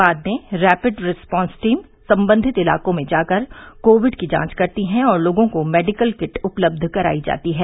बाद में rapid response team सम्बन्धित इलाकों में जाकर कोविड की जांच करती हैं और लोगों को मेडिकल किट उपलब्ध करायी जाती है